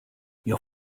your